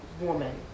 woman